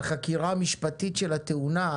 בחקירה משפטית של התאונה,